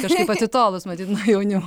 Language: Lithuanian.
kažkaip atitolus matyt nuo jaunimo